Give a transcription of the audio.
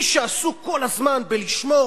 מי שעסוק כל הזמן בלשמור,